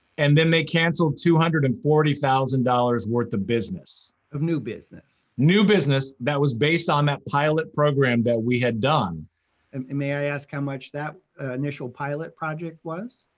and then they canceled two hundred and forty thousand dollars worth of business. of new business. new business that was based on that pilot program that we had done and may i ask how much that initial pilot project was?